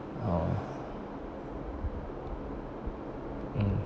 oh mm